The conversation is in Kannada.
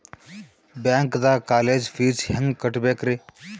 ಬ್ಯಾಂಕ್ದಾಗ ಕಾಲೇಜ್ ಫೀಸ್ ಹೆಂಗ್ ಕಟ್ಟ್ಬೇಕ್ರಿ?